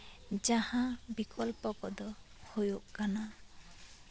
ᱡᱟᱦᱟᱸ ᱵᱤᱠᱚᱞᱯᱚ ᱠᱚᱫᱚ ᱦᱩᱭᱩᱜ ᱠᱟᱱᱟ